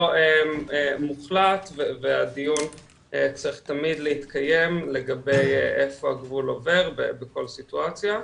מוחלט והדיון צריך תמיד להתקיים לגבי איפה הגבול עובר בכל סיטואציה,